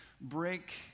break